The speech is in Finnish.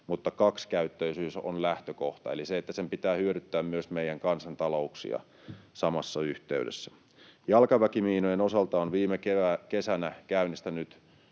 mutta kaksikäyttöisyys on lähtökohta, eli se, että sen pitää hyödyttää myös meidän kansantalouksia samassa yhteydessä. Jalkaväkimiinojen osalta olen viime kesänä käynnistänyt